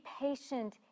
patient